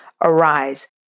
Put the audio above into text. arise